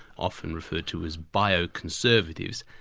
often referred to as bioconservatives,